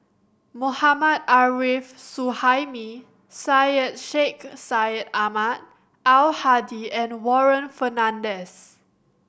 Mohammad Arif Suhaimi Syed Sheikh Syed Ahmad Al Hadi and Warren Fernandez